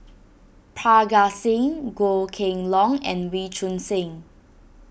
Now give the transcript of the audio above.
Parga Singh Goh Kheng Long and Wee Choon Seng